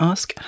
Ask